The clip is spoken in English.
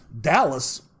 Dallas